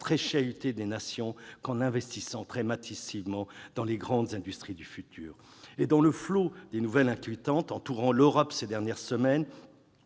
très chahuté des nations, qu'en investissant très massivement dans les grandes industries du futur. Dans le flot des nouvelles inquiétantes entourant l'Europe ces dernières semaines,